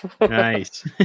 Nice